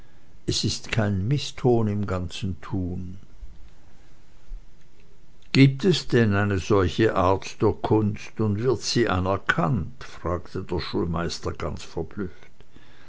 es ist kein mißton im ganzen tun gibt es denn eine solche art der kunst und wird sie anerkannt fragte der gute schulmeister ganz verblüfft